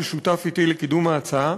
ששותף אתי לקידום ההצעה,